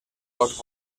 cos